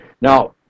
Now